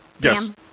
Yes